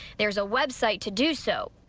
there's a web site to do so.